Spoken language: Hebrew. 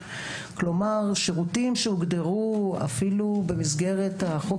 כלומר שירותים שהוגדרו אפילו במסגרת החוק